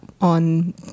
on